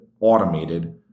automated –